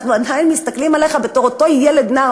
אנחנו עדיין מסתכלים עליך בתור אותו ילד-נער